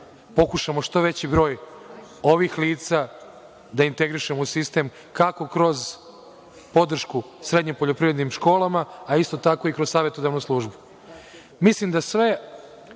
pokušamo što veći broj ovih lica da integrišemo u sistem kako kroz podršku srednjim poljoprivrednim školama, a isto tako i kroz savetodavnu službu. Mislim